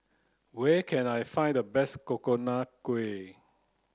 where can I find the best coconut Kuih